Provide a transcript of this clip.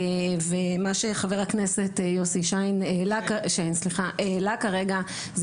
ומה שחה"כ יוסי שיין העלה כרגע,